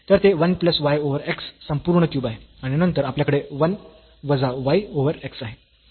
तर ते 1 plus y over x संपूर्ण क्यूब आहे आणि नंतर आपल्याकडे 1 वजा y ओव्हर x आहे